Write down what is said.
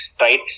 Right